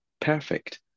perfect